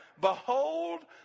Behold